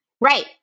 Right